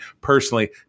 personally